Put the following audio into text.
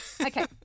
Okay